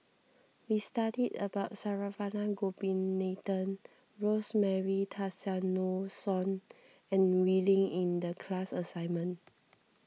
we studied about Saravanan Gopinathan Rosemary Tessensohn and Wee Lin in the class assignment